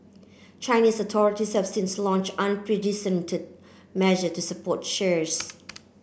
Chinese authorities have since launched unprecedented measure to support shares